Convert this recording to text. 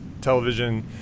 television